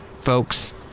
folks